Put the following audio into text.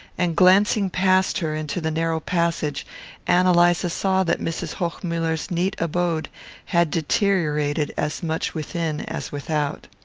and glancing past her into the narrow passage ann eliza saw that mrs. hochmuller's neat abode had deteriorated as much within as without.